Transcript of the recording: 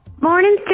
morning